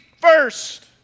first